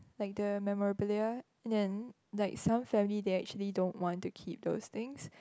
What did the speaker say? like the memorabilia then like some family they actually don't want to keep those things